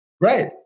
right